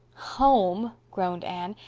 home! groaned anne.